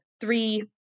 three